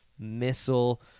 missile